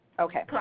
Okay